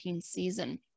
season